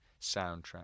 Soundtrack